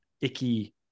icky